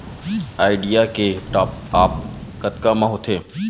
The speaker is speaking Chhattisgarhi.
आईडिया के टॉप आप कतका म होथे?